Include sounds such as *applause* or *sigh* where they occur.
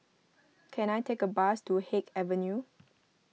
*noise* can I take a bus to Haig Avenue